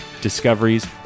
discoveries